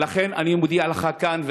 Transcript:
ולכן אני מודיע לך כאן,